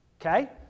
Okay